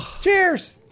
Cheers